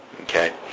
Okay